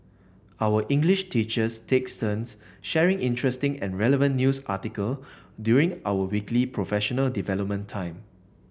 our English teachers takes turns sharing interesting and relevant news article during our weekly professional development time